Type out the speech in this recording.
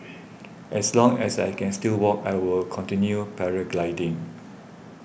as long as I can still walk I will continue paragliding